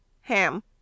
Ham